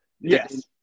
yes